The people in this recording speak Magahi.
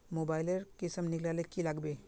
मोबाईल लेर किसम निकलाले की लागबे?